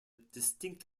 distinct